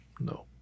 no